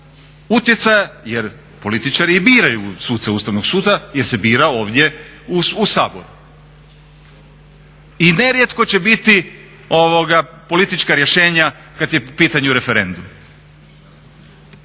utjecaja jer političari i biraju suce Ustavnog suda jer se bira ovdje u Saboru. I nerijetko će biti politička rješenja kad je u pitanju referendum.